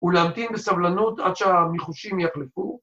‫ולהמתין בסבלנות ‫עד שהמחושים יחלקו.